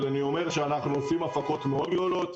אבל אני אומר שאנחנו עושים הפקות מאוד גדולות,